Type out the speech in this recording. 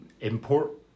import